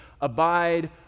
abide